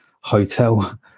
hotel